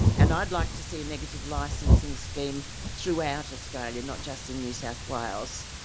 and i'd like to see a negative licensing scheme throughout australia, not just in new south wales.